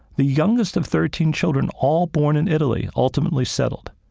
the youngest of thirteen children all born in italy, ultimately settled.